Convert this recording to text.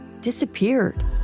disappeared